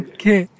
Okay